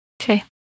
Okay